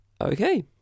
Okay